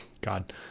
God